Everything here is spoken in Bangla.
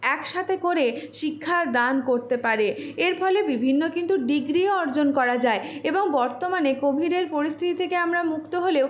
একসাথে করে শিক্ষা দান করতে পারে এর ফলে বিভিন্ন কিন্তু ডিগ্রিও অর্জন করা যায় এবং বর্তমানে কোভিডের পরিস্থিতি থেকে আমরা মুক্ত হলেও